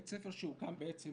בעצם,